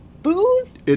Booze